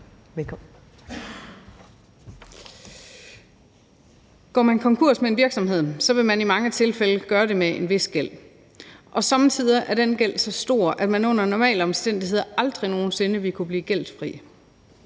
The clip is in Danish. (DF): Går man konkurs med en virksomhed, vil man i mange tilfælde have en vis gæld, og somme tider er den gæld så stor, at man under normale omstændigheder aldrig nogen sinde vil kunne blive gældfri,